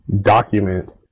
document